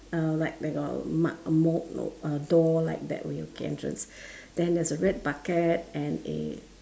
uh like like a mu~ moul~ uh door like that way okay entrance then there's a red bucket and a